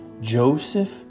Joseph